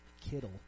Kittle